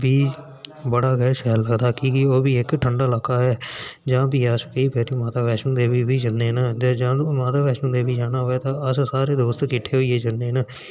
बड़ा गै शैल लगदा की कि ओह् बी इक ठंड़ा इलाका ऐ जां फ्ही अस माता वैष्णो देवी बी जन्ने आं जेह् माता वैष्णो देवी जाना होऐ तां अस सारे दोस्त इकठ्ठे होइयै जन्ने होन्ने आं